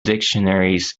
dictionaries